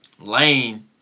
lane